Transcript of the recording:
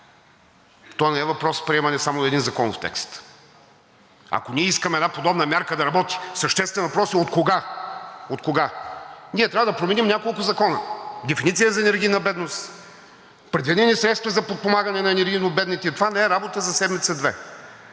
То не е въпрос на приемане само на един законов текст. Ако ние искаме една подобна мярка да работи, съществен въпрос е откога? Откога?! Ние трябва да променим няколко закона – дефиниция за енергийна бедност, предвидени средства за подпомагане на енергийно бедните. Това не е работа за седмица,